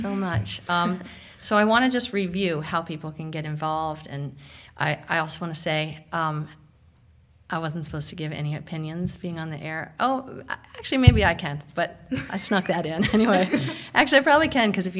so much so i want to just review how people can get involved and i also want to say i wasn't supposed to give any opinions being on the air oh actually maybe i can't but it's not that in any way actually i probably can because if